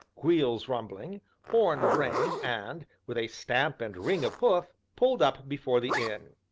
wheels rumbling, horn braying and, with a stamp and ring of hoof, pulled up before the inn.